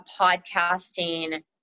podcasting